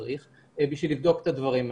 לא צריך בשביל לבדוק את הדברים האלה.